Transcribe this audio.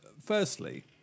firstly